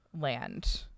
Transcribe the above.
land